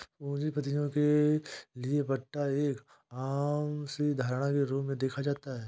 पूंजीपतियों के लिये पट्टा एक आम सी धारणा के रूप में देखा जाता है